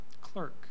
clerk